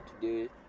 today